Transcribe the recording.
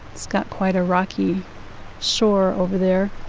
it's got quite a rocky shore over there.